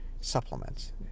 supplements